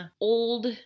old